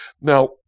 Now